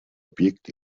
objekt